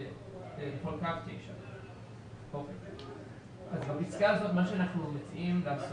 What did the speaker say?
לכל קו 9". בפסקה הזאת מה שאנחנו עושים,